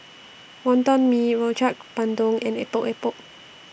Wonton Mee Rojak Bandung and Epok Epok